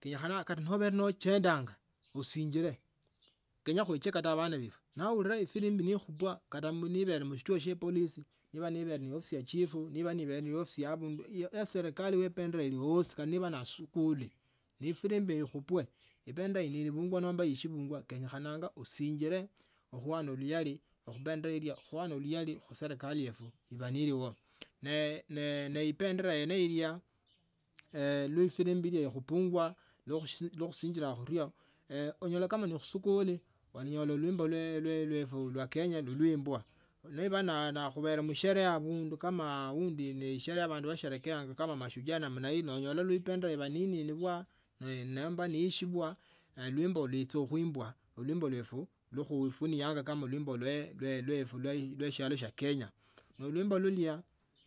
Kenyakhana kata nobele nochendanga usinjile kenya kuekie bana befwe nabaulina efirumbi nikhupwa kata nibele mshituo shya polisi nibe ni ofisi ya chifo niba nibele niofisi ya abandu ya serikali ye ebendera eli osi kata nibe ni askuli ne efirimbi ekhupwe ebendera ininibwa kenya khano usinjike khuana luyali khunendera ilya khuasi luyale khi serikali yetu iba neliyo ne ne ebendera yene ilya ne efirimbi ilya ekhupungwa lwa khusinjila khumio onyola kama na khusikuli olanyola lwimbo lwefu lwa kenya luluimbwa niba khubere msherehe abundu kama aundi ni sherehe ya abandu basherehekeanga mashujaa namna hii noenyola ebendera neba neinwa nomba neishibwa ne luimbo luicha khuimbwa ulumbo lwefu khuifunanga kama wimborne lwetu lwa shialo shyo kenya no uluimbo lulya